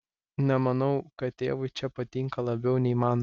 nemanau kad tėvui čia patinka labiau nei man